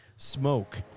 Smoke